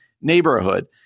neighborhood